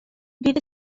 fydd